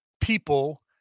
people